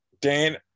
Dan